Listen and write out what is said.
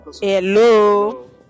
hello